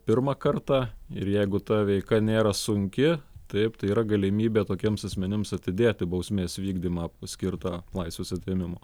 pirmą kartą ir jeigu ta veika nėra sunki taip tai yra galimybė tokiems asmenims atidėti bausmės vykdymą paskirtą laisvės atėmimo